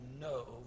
no